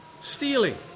Stealing